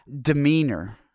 demeanor